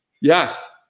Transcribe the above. Yes